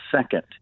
second